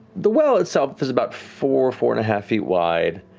the well itself is about four, four and a half feet wide.